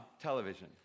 television